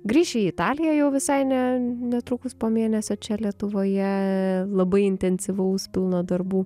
grįši į italiją jau visai ne netrukus po mėnesio čia lietuvoje labai intensyvaus pilna darbų